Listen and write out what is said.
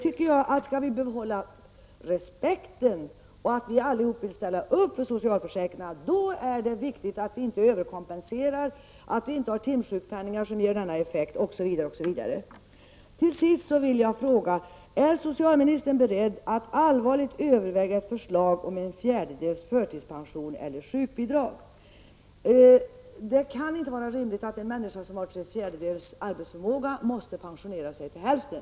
Skall vi behålla respekten för socialförsäkringarna, så att alla ställer upp för dem, är det viktigt att vi inte överkompenserar, inte har timsjukpenningar som ger denna effekt osv. Jag vill till sist fråga om socialministern är beredd att allvarligt överväga ett förslag om tre fjärdedels förtidspension eller sjukbidrag. Det kan inte vara rimligt att en person som har tre fjärdedels arbetsförmåga måste pensionera sig till hälften.